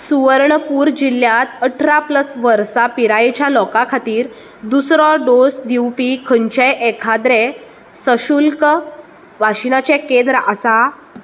सुवर्णपूर जिल्ल्यांत अठरा प्लस वर्सां पिरायेच्या लोकां खातीर दुसरो डोस दिवपी खंयचेंय एखाद्रें सशुल्क वाशिनाचें केंद्र आसा